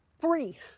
three